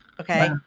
Okay